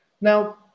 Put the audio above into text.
Now